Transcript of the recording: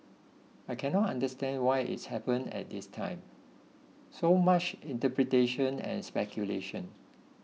I cannot understand why it's happened at this time so much interpretation and speculation